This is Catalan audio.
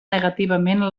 negativament